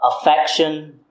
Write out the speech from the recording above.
affection